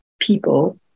people